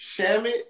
Shamit